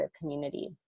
community